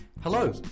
Hello